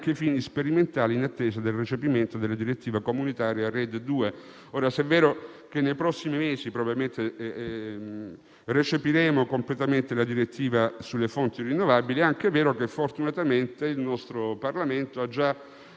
fini sperimentali, in attesa del recepimento della direttiva comunitaria RED II. Ora, se è vero che nei prossimi mesi probabilmente recepiremo completamente la direttiva sulle fonti rinnovabili, è anche vero che fortunatamente il nostro Parlamento ha già